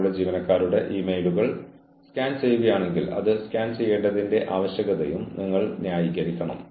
നിങ്ങൾ ജീവനക്കാരനെ വിളിച്ച് എന്താണ് സംഭവിക്കുന്നതെന്ന് ചോദിക്കാം